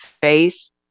face